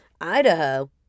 Idaho